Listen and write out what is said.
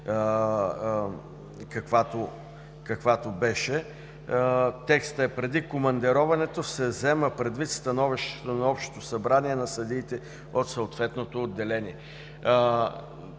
каквато беше. Текстът е: „преди командироването се взема предвид становището на общото събрание на съдиите от съответното отделение”.